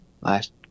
last